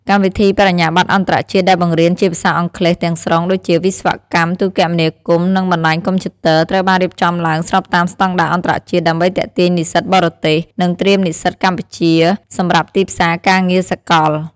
កម្មវិធីបរិញ្ញាបត្រអន្តរជាតិដែលបង្រៀនជាភាសាអង់គ្លេសទាំងស្រុង ដូចជា វិស្វកម្មទូរគមនាគមន៍ និងបណ្តាញកុំព្យូទ័រ ត្រូវបានរៀបចំឡើងស្របតាមស្តង់ដារអន្តរជាតិ ដើម្បីទាក់ទាញនិស្សិតបរទេស និងត្រៀមនិស្សិតកម្ពុជាសម្រាប់ទីផ្សារការងារសកល។